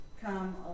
come